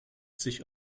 sich